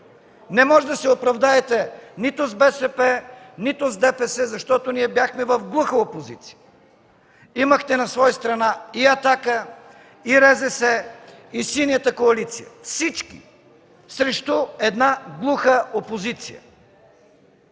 Не можете да се оправдаете нито с БСП, нито с ДПС, защото ние бяхме в глуха опозиция. Имахте на своя страна и „Атака”, и РЗС, и Синята коалиция. Всички срещу една глуха опозиция.